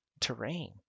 terrain